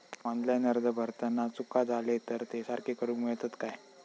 Online अर्ज भरताना चुका जाले तर ते सारके करुक मेळतत काय?